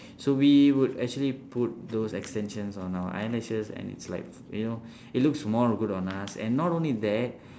so we would actually put those extensions on our eyelashes and it's like you know it looks more good on us and not only that